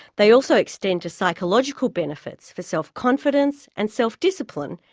they also extend to psychological benefits for self-confidence and self-discipline,